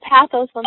pathos